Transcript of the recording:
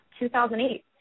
2008